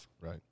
right